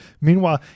Meanwhile